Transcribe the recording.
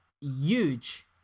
huge